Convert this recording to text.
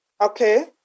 Okay